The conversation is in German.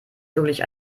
wirklich